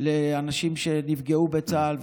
לאנשים שנפגעו בצה"ל,